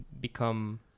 become